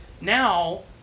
Now